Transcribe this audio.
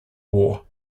war